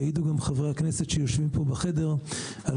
יעידו גם חברי הכנסת שיושבים פה בחדר על